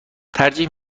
ترجیح